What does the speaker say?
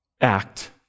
act